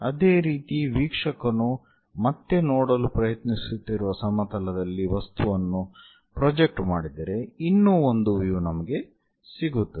ಅದೇ ರೀತಿ ವೀಕ್ಷಕನು ಮತ್ತೆ ನೋಡಲು ಪ್ರಯತ್ನಿಸುತ್ತಿರುವ ಸಮತಲದಲ್ಲಿ ವಸ್ತುವನ್ನು ಪ್ರೊಜೆಕ್ಟ್ ಮಾಡಿದರೆ ಇನ್ನೂ ಒಂದು ವ್ಯೂ ನಮಗೆ ಸಿಗುತ್ತದೆ